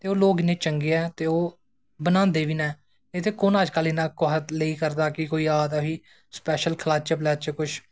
ते ओह् लोग इननें चंगे नै ते बनांदे बी नै नेंई ते कुन अज्ज कल कुसै लेई करदा ऐ कि कोई आ दा ही स्पैशल खलाचै प्लैचै कुछ